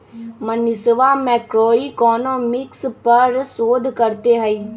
मनीषवा मैक्रोइकॉनॉमिक्स पर शोध करते हई